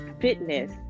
fitness